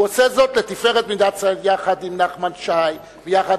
הוא עושה זאת לתפארת מדינת ישראל יחד עם נחמן שי ויחד